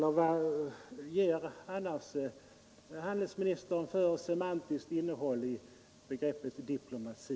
Vad ger handelsministern annars för semantiskt innehåll åt begreppet diplomati?